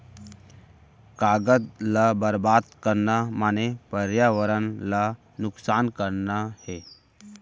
कागद ल बरबाद करना माने परयावरन ल नुकसान करना हे